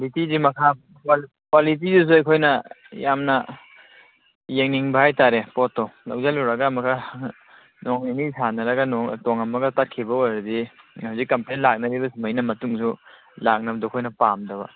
ꯀ꯭ꯋꯥꯂꯤꯇꯤꯒꯤ ꯃꯈꯥ ꯀ꯭ꯋꯥꯂꯤꯇꯤꯗꯁꯨ ꯑꯩꯈꯣꯏꯅ ꯌꯥꯝꯅ ꯌꯦꯡꯅꯤꯡꯕ ꯍꯥꯏꯇꯔꯦ ꯄꯣꯠꯇꯣ ꯂꯧꯁꯤꯜꯂꯨꯔꯒ ꯑꯃꯨꯛꯀ ꯅꯣꯡ ꯅꯤꯅꯤ ꯁꯥꯟꯅꯔꯒ ꯇꯣꯉꯝꯃꯒ ꯇꯠꯈꯤꯕ ꯑꯣꯏꯔꯗꯤ ꯍꯧꯖꯤꯛ ꯀꯝꯄ꯭ꯂꯦꯟ ꯂꯥꯛꯅꯔꯤꯕ ꯁꯨꯃꯥꯏꯅ ꯃꯇꯨꯡꯁꯨ ꯂꯥꯛꯅꯕꯗꯨ ꯑꯩꯈꯣꯏꯅ ꯄꯥꯝꯗꯕ